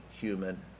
human